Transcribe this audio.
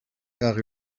car